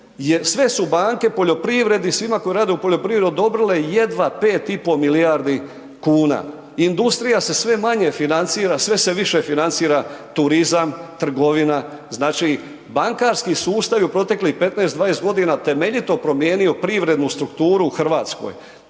sve su banke poljoprivredi, svima koji rade u poljoprivredi odobrile jedva 5,5 milijardi kuna. Industrija se sve manje financira, sve se više financira turizam, trgovina, znači bankarski sustav je u proteklih 15-20 godina temeljito promijenio privrednu strukturu u Hrvatskoj.